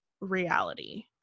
reality